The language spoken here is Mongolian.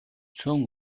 цөөн